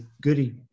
goody